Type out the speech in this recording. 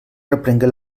reprengué